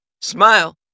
Smile